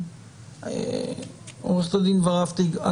עורכת הדין ורהפטיג,